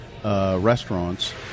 Restaurants